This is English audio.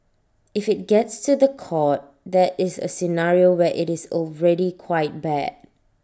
if IT gets to The Court that is A scenario where IT is already quite bad